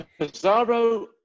Pizarro